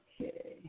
Okay